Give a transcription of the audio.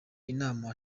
inama